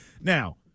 Now